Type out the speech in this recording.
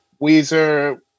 Weezer